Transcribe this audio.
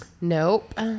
Nope